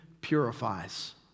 purifies